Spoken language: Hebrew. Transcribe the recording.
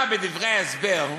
אתה, בדברי ההסבר,